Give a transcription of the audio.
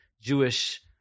Jewish